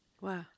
Wow